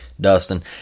Dustin